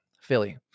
Philly